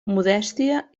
modèstia